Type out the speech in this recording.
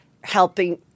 helping